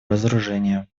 разоружения